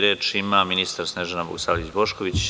Reč ima ministar Snežana Bogosavljević Bošković.